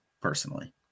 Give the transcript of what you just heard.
personally